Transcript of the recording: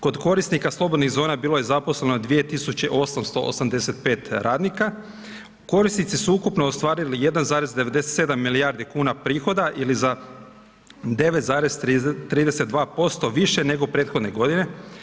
Kod korisnika slobodnih zona bilo je zaposleno 2885 radnika, korisnici su ukupno ostvarili 1,97 milijardi kuna prihoda ili za 9,32% više nego prethodne godine.